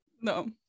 No